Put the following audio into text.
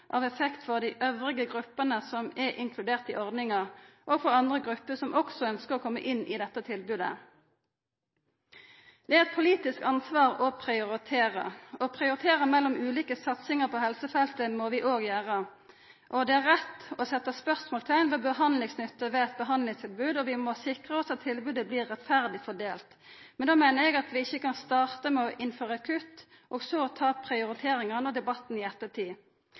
av effekt for dei andre gruppene som er inkluderte i ordninga, og for andre grupper som også ønskjer å koma inn i dette tilbodet. Det er eit politisk ansvar å prioritera. Å prioritera mellom ulike satsingar på helsefeltet må vi òg gjera. Og det er rett å setta spørsmålsteikn ved behandlingsnytta ved eit behandlingstilbod, og vi må sikra oss at tilbodet blir rettferdig fordelt. Men då meiner eg at vi ikkje kan starta med å innføra kutt, og så ta prioriteringa og debatten i ettertid.